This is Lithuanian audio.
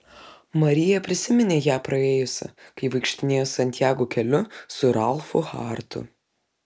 marija prisiminė ją praėjusi kai vaikštinėjo santjago keliu su ralfu hartu